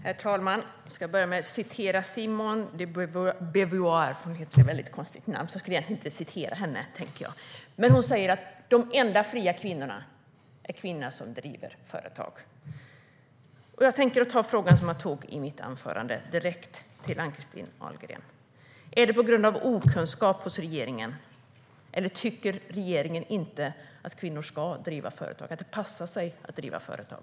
Herr talman! Jag ska börja med att återge vad Simone de Beauvoir har sagt, nämligen att de enda fria kvinnorna är kvinnorna som driver företag. Jag upprepar frågan i mitt anförande: Är det okunskap hos regeringen, eller tycker regeringen att kvinnor inte ska driva företag eller att det inte passar sig för kvinnor att driva företag?